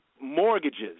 mortgages